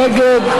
מי נגד?